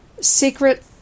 Secret